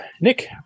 Nick